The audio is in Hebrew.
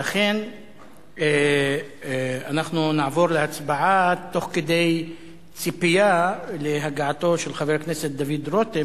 ולכן אנחנו נעבור להצבעה תוך כדי ציפייה להגעתו של חבר הכנסת דוד רותם,